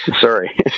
Sorry